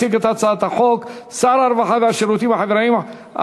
יציג את הצעת החוק שר הרווחה והשירותים החברתיים,